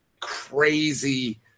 Crazy